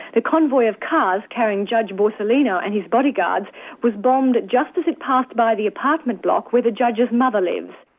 the convoy of cars carrying judge borsellino and his bodyguards was bombed just as it passed by the apartment block where the judge's mother lives.